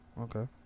Okay